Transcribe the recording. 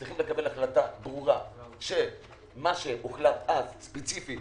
צריך לקבל החלטה ברורה שמה שהוחלט אז ספציפית